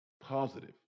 positive